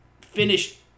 finished